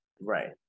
right